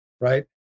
Right